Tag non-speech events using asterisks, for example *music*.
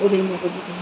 *unintelligible*